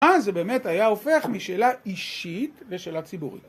אז זה באמת היה הופך משאלה אישית לשאלה ציבורית.